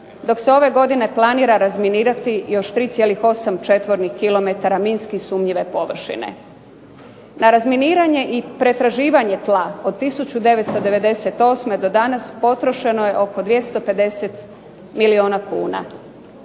dok se ove godine planira razminirati još 3,8 km2 minski sumnjive površine. Na razminiranje i pretraživanje tla od 1998. do danas potrošeno je oko 250 milijuna kuna.